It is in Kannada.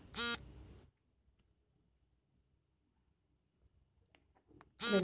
ಪ್ರಧಾನಮಂತ್ರಿ ಅವಾಜ್ ಯೋಜನೆ ಬಡವರಿಗೆ ಆಶ್ರಯ ಮನೆ ಕಲ್ಪಿಸುವ ಯೋಜನೆಯಾಗಿದೆ